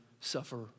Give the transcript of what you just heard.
suffer